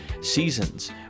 seasons